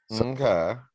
Okay